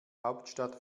hauptstadt